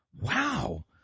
Wow